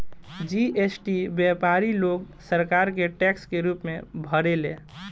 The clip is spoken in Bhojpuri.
जी.एस.टी व्यापारी लोग सरकार के टैक्स के रूप में भरेले